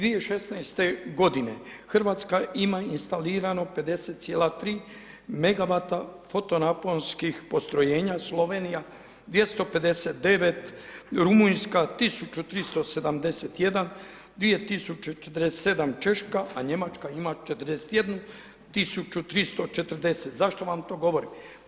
2016. g. Hrvatska ima instalirano 50,3 megawata fotonaposnikh postrojenja, Slovenija 259, Rumunjska 1371 2047 Češka, a Njemačka ima 41340 Zašto vam to govorim?